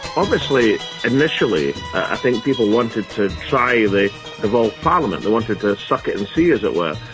obviously initially, i think people wanted to try the devolved parliament, they wanted to suck it and see as it were.